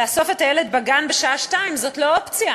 לאסוף את הילד מהגן בשעה 14:00 זאת לא אופציה,